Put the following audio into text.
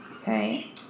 Okay